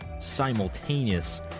Simultaneous